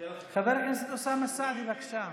חבר הכנסת אוסאמה סעדי, בבקשה.